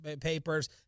papers